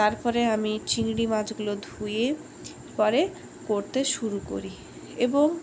তারপরে আমি চিংড়ি মাছগুলো ধুয়ে পরে করতে শুরু করি এবং